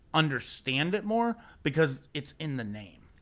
understand it more, because it's in the name.